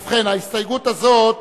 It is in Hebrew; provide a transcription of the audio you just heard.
ההסתייגות הזאת